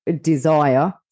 desire